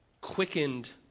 quickened